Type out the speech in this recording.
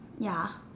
ya